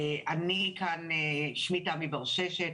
שמי תמי ברששת,